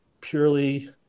Purely